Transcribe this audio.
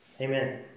Amen